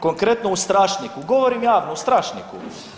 Konkretno, u Strašniku, govorim javno, u Strašniku.